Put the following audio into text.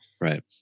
Right